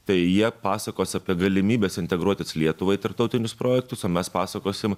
tai jie pasakos apie galimybes integruotis lietuvai į tarptautinius projektus o mes pasakosim